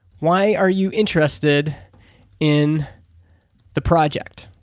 why are you interested in the project?